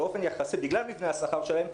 בגלל מבנה השכר שלהם,